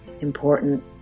important